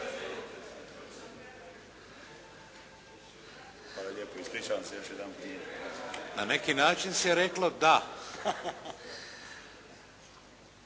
Na neki način se reklo da.